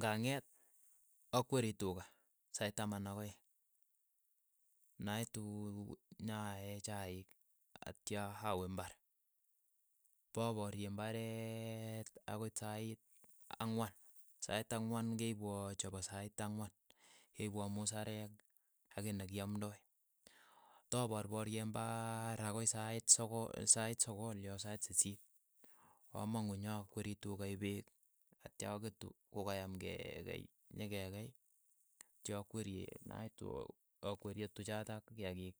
Ng'a ng'eet akwerii tuka sait taman ak aeng', naituu nya chaik atya awe imbar, p aparyee imbareet akoi sait ang'wan, sait ang'wan keipwoo chepo sait ang'wan, keipwoo musareek ak kei nekiamndoi, toparparyee imbaar akoi sait soko sait sokol yo sait sisiit, amang'u nyakwerii tuukai peek, atya aketu kokayam kee keeik, nyekekeii, atya akweeri naitu akweeriye tuchotok kiakiik,